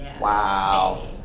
Wow